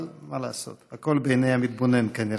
אבל מה לעשות, הכול בעיני המתבונן, כנראה.